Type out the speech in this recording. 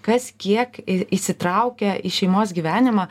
kas kiek įsitraukia į šeimos gyvenimą